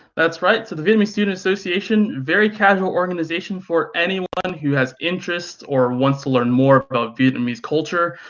that's right, so the vietnamese student association, very casual organization for anyone who has interest or wants to learn more about vietnamese culture.